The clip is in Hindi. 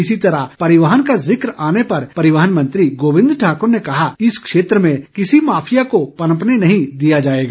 इसी तरह परिवहन का जिक्र आने पर परिवहन मंत्री गोविंद ठाकुर ने कहा कि इस क्षेत्र में किसी माफिया को नहीं पनपने दिया जाएगा